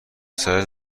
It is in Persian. سرت